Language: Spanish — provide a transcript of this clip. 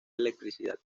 electricidad